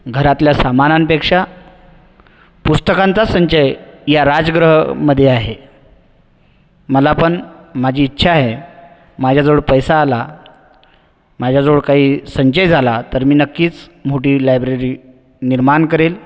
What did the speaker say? घरातल्या सामानांपेक्षा पुस्तकांचा संचय या राजगृहमध्ये आहे मला पण माझी इच्छा आहे माझ्याजवळ पैसा आला माझ्याजवळ काही संचय झाला तर मी नक्कीच मोठी लायब्ररी निर्माण करेल